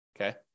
Okay